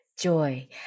joy